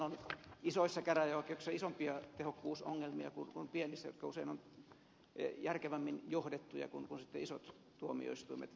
meillä oikeastaan on isoissa käräjäoikeuksissa isompia tehokkuusongelmia kuin pienissä jotka usein ovat järkevämmin johdettuja kuin isot tuomioistuimet